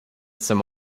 some